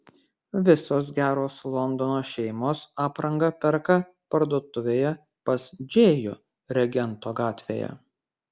visos geros londono šeimos aprangą perka parduotuvėje pas džėjų regento gatvėje